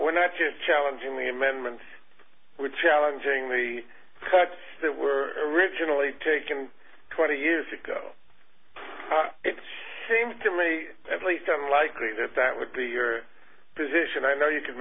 we're not just challenging the amendment with challenging the facts that were originally taken twenty years ago it seems to me at least i'm unlikely that that would be your position i mean you can